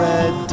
Red